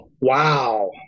Wow